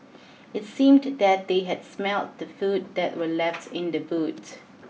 it seemed that they had smelt the food that were left in the boot